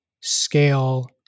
scale